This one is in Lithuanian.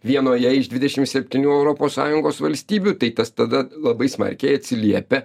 vienoje iš dvidešim septynių europos sąjungos valstybių tai tas tada labai smarkiai atsiliepia